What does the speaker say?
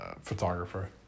photographer